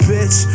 Bitch